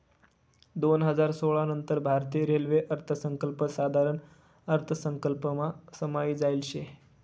दोन हजार सोळा नंतर भारतीय रेल्वे अर्थसंकल्प साधारण अर्थसंकल्पमा समायी जायेल शे